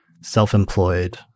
self-employed